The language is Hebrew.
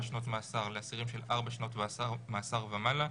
שנות מאסר לאסירים של ארבע שנות מאסר ומעלה.